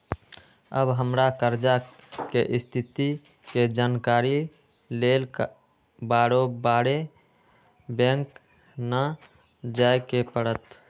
अब हमरा कर्जा के स्थिति के जानकारी लेल बारोबारे बैंक न जाय के परत्